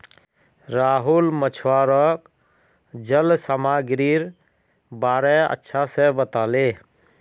राहुल मछुवाराक जल सामागीरीर बारे अच्छा से बताले